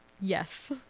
Yes